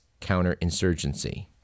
counterinsurgency